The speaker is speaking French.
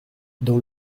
dans